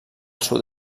sud